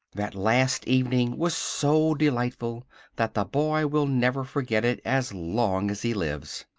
that last evening was so delightful that the boy will never forget it as long as he lives.